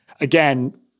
again